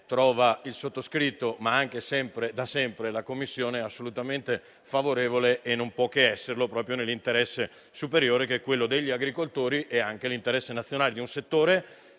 trova il sottoscritto, ma anche da sempre la Commissione, assolutamente favorevoli; non può che essere così, proprio nell'interesse superiore degli agricoltori e nell'interesse nazionale, in un settore